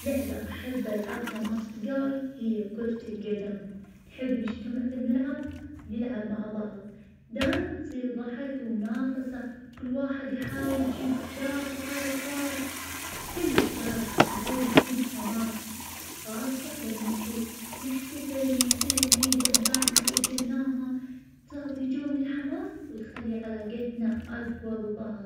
لعبة أحب ألعبها لما أكون وحدي, هي الشدة أو الورق, أحب أستخدم كروت الشدة والعب مع نفسي, أحيانا اضع قواعد جديدة, واخليها تحدي, ألعبها وقت فراغي, أو لما احتاج ارتاح أو اروق, وأحب أفكر, تحسسني بالاسترخاء وتخلي وقتي ممتع, حتى أحياناً أستدعي أصدقائي اللي يلعبون معاي عن بعد, نلعب عبر التطبيقات.